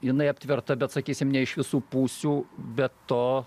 jinai aptverta bet sakysim ne iš visų pusių be to